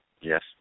Yes